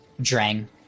Drang